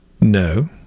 No